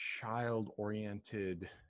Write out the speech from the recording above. child-oriented